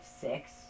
six